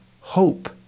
hope